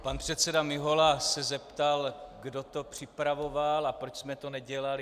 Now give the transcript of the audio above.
Pan předseda Mihola se zeptal, kdo to připravoval a proč jsme to nedělali.